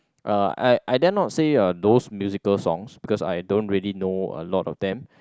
uh I I dare not say uh those musical songs because I don't really know a lot of them